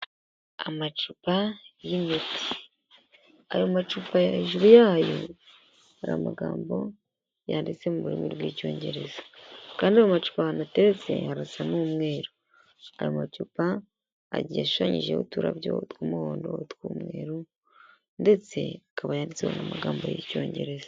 Amacupa y'imiti ayo macupa hejuru yayo hari amagambo yanditse mu rurimi rw'icyongereza kandi amacupa ahantu ateretse harasa n'umweru amacupa ashushsanyijeho uturarabyo tw'umuhondo, utw'umweru ndetse akaba yanditseho amagambo y'icyongereza.